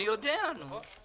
אני יודע, נו.